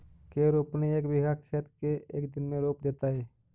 के रोपनी एक बिघा खेत के एक दिन में रोप देतै?